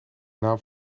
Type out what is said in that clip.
naam